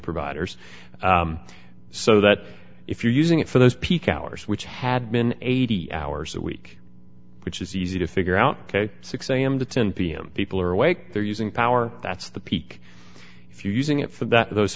providers so that if you're using it for those peak hours which had been eighty hours a week which is easy to figure out ok six am to ten pm people are awake they're using power that's the peak if you using it for that those